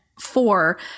four